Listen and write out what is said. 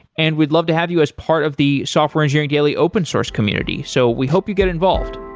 and we'd love to have you as part of the software engineering daily open source community. so we hope you get involved